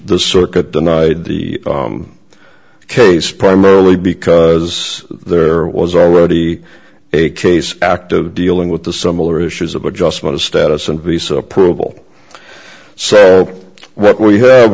the circuit denied the case primarily because there was already a case active dealing with the some other issues of adjustment of status and b so approval so what we have